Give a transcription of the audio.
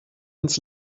ins